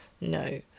no